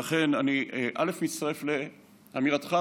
ולכן אני מצטרף לאמירתך,